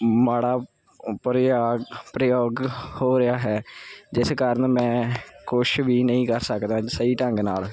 ਮਾੜਾ ਪ੍ਰਯੋਗ ਪ੍ਰਯੋਗ ਹੋ ਰਿਹਾ ਹੈ ਜਿਸ ਕਾਰਨ ਮੈਂ ਕੁਛ ਵੀ ਨਹੀਂ ਕਰ ਸਕਦਾ ਸਹੀ ਢੰਗ ਨਾਲ